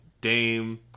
Dame